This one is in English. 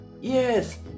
Yes